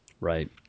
Right